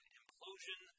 implosion